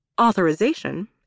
Authorization